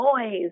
noise